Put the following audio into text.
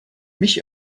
mich